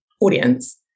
audience